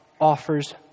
offers